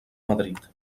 madrid